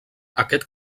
aquest